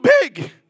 big